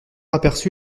aperçu